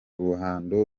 ruhando